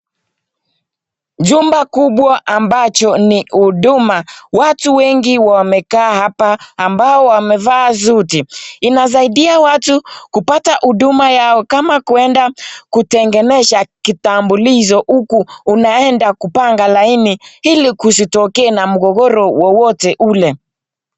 Jumba kubwa ambacho ni huduma watu wengi wamejaa hapa ambao wamevaa suti unasaidia watu kupata huduma Yao kama kuenda kuendeleza Kitamburisha huku unaenda kupanga laini ilikusiweze kutokea na mgogoro wowote ule.